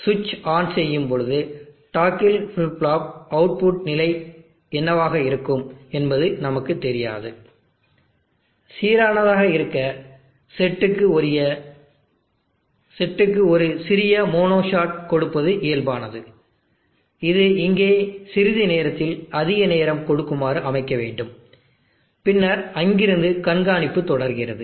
சுவிட்ச் ஆன் செய்யும் போது டாக்கில் ஃபிளிப் ஃப்ளாப் அவுட்புட் நிலை என்னவாக இருக்கும் என்பது நமக்கு தெரியாது சீரானதாக இருக்க செட்டுக்கு ஒரு சிறிய மோனோ ஷாட் கொடுப்பது இயல்பானது இது இங்கே சிறிது நேரத்தில் அதிக நேரம் கொடுக்குமாறு அமைக்கவேண்டும் பின்னர் அங்கிருந்து கண்காணிப்பு தொடர்கிறது